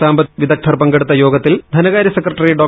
സാമ്പത്തിക വിദഗ്ധർ പങ്കെടുക്കുന്ന യോഗത്തിൽ ധനകാര്യ സെക്രട്ടറി ഡോ